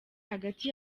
hagati